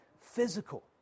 physical